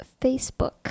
Facebook